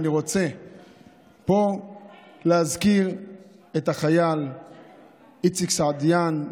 אני רוצה להזכיר פה את החייל איציק סעידיאן,